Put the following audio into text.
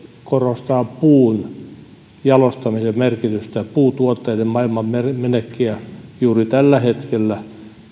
korostaa puun jalostamisen merkitystä puutuotteiden maailmanmenekkiä juuri tällä hetkellä